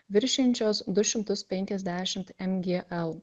viršijančios du šimtus penkiasdešimt mgl